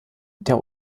der